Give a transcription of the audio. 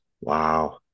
Wow